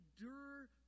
endure